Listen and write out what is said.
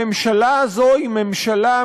הממשלה הזאת היא ממשלה,